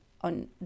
on